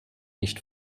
nicht